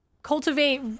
cultivate